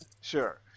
Sure